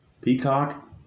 Peacock